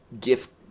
gift